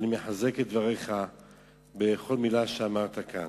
ואני מחזק את דבריך בכל מלה שאמרת כאן.